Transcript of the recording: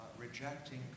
rejecting